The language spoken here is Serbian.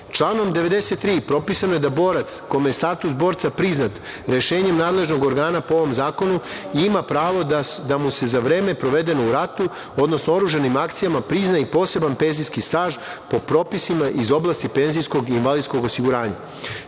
pravo. Članom 93. propisano je da borac kome je status borca priznat rešenjem nadležnog organa po ovom zakonu, ima pravo da mu se za vreme provedeno u ratu, odnosno oružanim akcijama prizna i poseban penzijski staž po propisima iz oblasti PIO.Članom 94. propisano